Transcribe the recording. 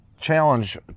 challenge